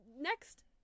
Next